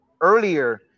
earlier